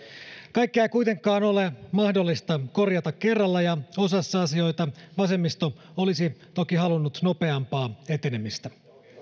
kaikkea ei kuitenkaan ole mahdollista korjata kerralla ja osassa asioita vasemmisto olisi toki halunnut nopeampaa etenemistä